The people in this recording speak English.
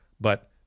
but-